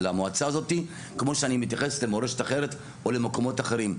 למועצה הזאת כמו שאני מתייחס למורשת אחרת או למקומות אחרים.